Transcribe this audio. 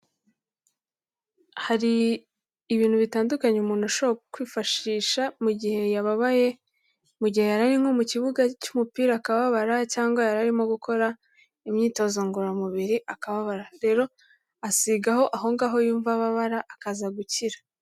Hari ibintu bitandukanye umuntu ashobora kwifashisha mu gihe yababaye, mu gihe yarari nko mu kibuga cy'umupira akababara cyangwa yararimo gukora imyitozo ngororamubiri akababara, rero asigaho aho ngaho yumva ababara akaza gukira.